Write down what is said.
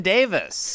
Davis